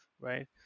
Right